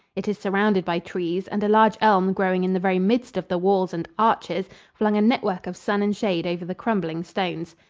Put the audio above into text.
it is surrounded by trees, and a large elm growing in the very midst of the walls and arches flung a network of sun and shade over the crumbling stones.